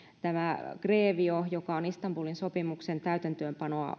grevio joka on istanbulin sopimuksen täytäntöönpanoa